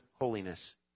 holiness